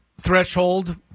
threshold